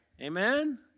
Amen